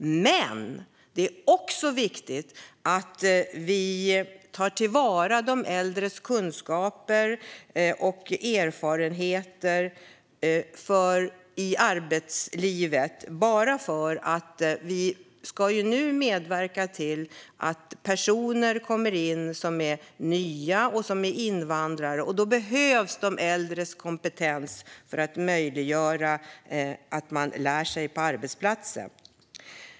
Men det är också viktigt att vi tar till vara de äldres kunskaper och erfarenheter i arbetslivet. Vi ska ju medverka till att integrera nyanlända och invandrare, och då behövs de äldres kompetens för att möjliggöra att man lär sig på arbetsplatsen.